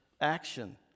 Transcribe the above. action